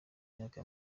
myaka